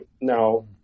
Now